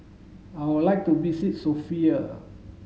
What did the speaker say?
I would like to visit Sofia